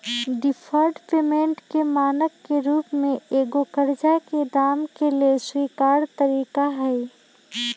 deferred payment के मानक के रूप में एगो करजा के दाम के लेल स्वीकार तरिका हइ